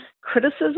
criticism